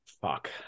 Fuck